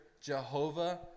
Jehovah